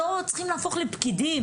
אתם לא צריכים להפוך לפקידים.